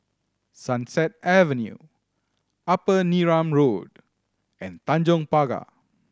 Sunset Avenue Upper Neram Road and Tanjong Pagar